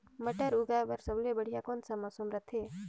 मटर उगाय बर सबले बढ़िया कौन मौसम रथे?